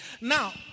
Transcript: Now